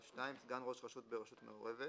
"סגן ראש רשות ברשות מעורבת